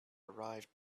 arrived